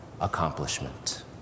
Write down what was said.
accomplishment